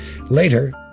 Later